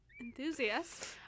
enthusiast